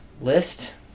List